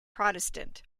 protestant